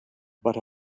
but